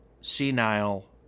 senile